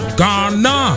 Ghana